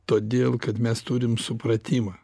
todėl kad mes turim supratimą